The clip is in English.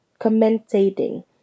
commentating